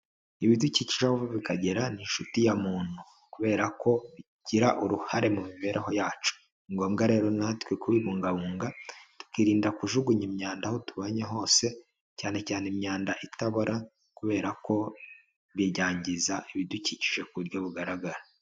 Ibidukikije aho biva bikagera ni inshuti ya muntu kubera ko bigira uruhare mu mibereho yacu, ni ngombwa rero natwe kubibungabunga tukirinda kujugunya imyanda aho tubanye hose cyane cyane imyanda itabora, kubera ko ibi byangiza ibidukikije ku buryo bugaragara.